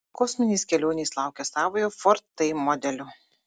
kosminės kelionės laukia savojo ford t modelio